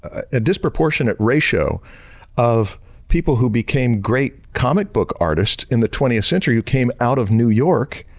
ah a disproportionate ratio of people who became great comic book artists in the twentieth century who came out of new york.